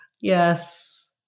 Yes